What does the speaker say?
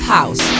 House